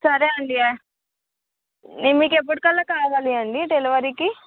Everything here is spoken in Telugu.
సరే అండి మీకు ఎప్పటికల్లా కావాలి అండి డెలివరీకి